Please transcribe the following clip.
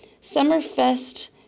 Summerfest